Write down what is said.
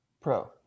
Pro